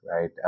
right